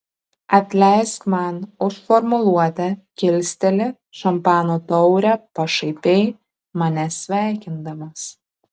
atleisk man už formuluotę kilsteli šampano taurę pašaipiai mane sveikindamas